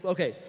Okay